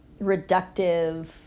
reductive